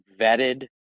vetted